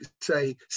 say